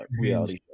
reality